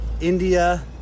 India